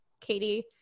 Katie